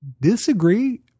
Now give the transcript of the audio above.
disagree